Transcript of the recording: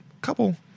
couple